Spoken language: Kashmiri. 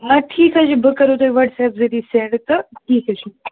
اَدٕ ٹھیٖک حظ چھِ بہٕ کَرو تۄہہِ وَٹسیپ ذٔریعہ سٮ۪نٛڈ تہٕ ٹھیٖک حظ چھِ